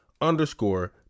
underscore